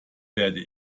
werde